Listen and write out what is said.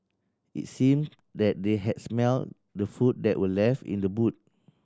it seemed that they had smelt the food that were left in the boot